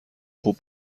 خوب